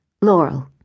Laurel